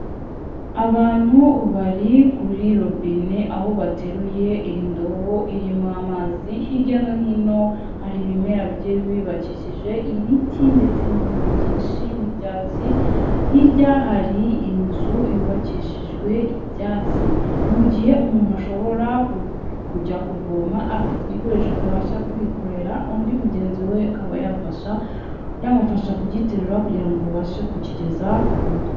Abantu bari kuri robine, aho bateruye indobo irima mazi, hirya no hino hari ibimera bigiye bibakikije ibiti ndetse n'ibindi byinshi n'ibyatsi, hirya hari inzu yubakishijwe ibyatsi, ni mu gihe umuntu ashobora kujya kuvoma afite igikoresho atabasha kwikorera, undi mugenzi we akaba yafasha yamufasha kugiterura kugira ngo babashe ku kigeza ku mutwe.